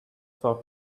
for